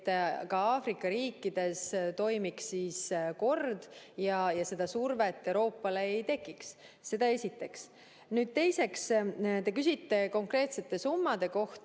et ka Aafrika riikides [valitseks] kord ja seda survet Euroopale ei tekiks. Seda esiteks. Teiseks, te küsisite konkreetsete summade kohta.